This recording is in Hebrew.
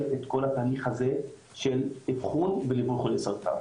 את כל התהליך הזה של אבחון וליווי חולי סרטן,